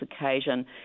occasion